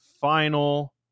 final